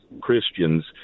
Christians